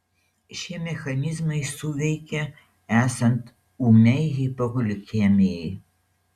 šie mechanizmai suveikia esant ūmiai hipoglikemijai